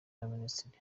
y’abaminisitiri